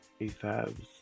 AFabs